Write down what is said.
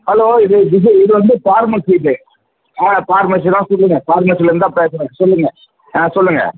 hello இது இது இது வந்து பார்மஸி இது ஆ பார்மஸி தான் சொல்லுங்கள் பார்மஸிலேருந்து தான் பேசுகிறேன் சொல்லுங்கள் ஆ சொல்லுங்கள்